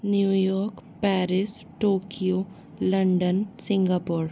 New York Paris Tokyo London Singapore